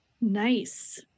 Nice